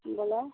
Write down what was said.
बोलो